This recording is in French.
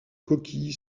coquille